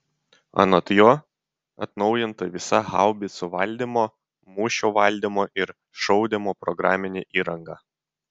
anot jo atnaujinta visa haubicų valdymo mūšio valdymo ir šaudymo programinė įranga